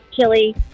chili